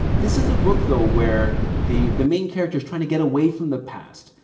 this is a book though, where the the main character's trying to get away from the past,